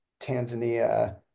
Tanzania